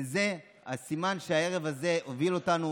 וזה הסימן שבערב הזה הוביל אותנו,